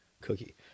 cookie